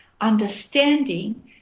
understanding